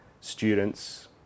students